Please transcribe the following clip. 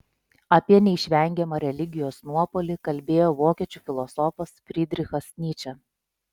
apie neišvengiamą religijos nuopuolį kalbėjo vokiečių filosofas frydrichas nyčė